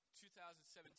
2017